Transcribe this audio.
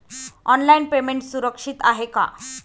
Online payment सुरक्षित आहे का?